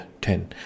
ten